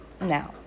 Now